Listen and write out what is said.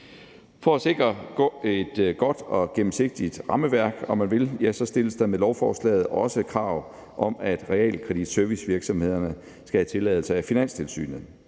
For at sikre et godt og gennemsigtigt rammeværk, om man vil, stilles der med lovforslaget også krav om, at realkreditservicevirksomhederne skal have tilladelse af Finanstilsynet.